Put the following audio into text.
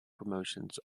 promotions